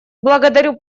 благодарю